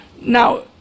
now